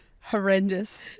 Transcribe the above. horrendous